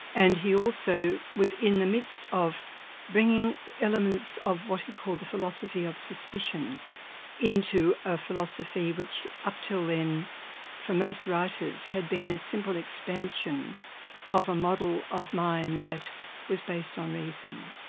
and he also was in the midst of bringing elements of what he called the philosophy of suspicion into a philosophy which up till then for most writers, had been a simple expansion of a model of mind that was based on reason.